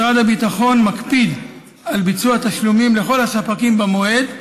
משרד הביטחון מקפיד על ביצוע תשלומים לכל הספקים במועד,